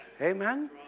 Amen